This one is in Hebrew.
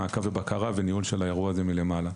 מעקב ובקרה וניהול של האירוע הזה מלמעלה.